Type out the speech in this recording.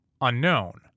unknown